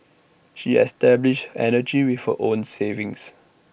she established energy with her own savings